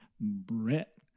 Brett